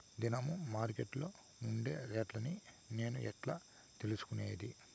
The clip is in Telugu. దినము మార్కెట్లో ఉండే రేట్లని నేను ఎట్లా తెలుసుకునేది?